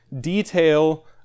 detail